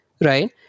right